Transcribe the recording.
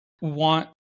want